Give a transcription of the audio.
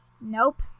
Nope